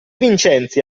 vincenzi